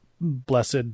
blessed